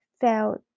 felt